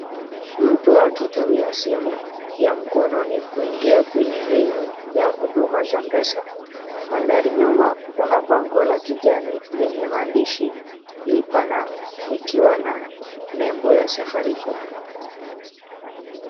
Mtu akitumia simu ya mkononi kuingia kwenye menu ya huduma za M-PESA. Mandhari nyuma kuna bango la kijani kibichi lenye maandishi lipa na, likiwa na nembo ya Safaricom.